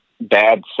bad